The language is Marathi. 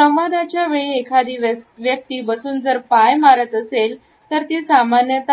संवादाच्या वेळी एखादी व्यक्ती बसून जर पाय मारत असेल तर ती सामान्यत